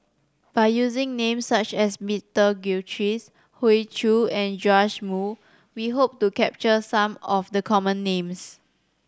by using names such as Peter Gilchrist Hoey Choo and Joash Moo we hope to capture some of the common names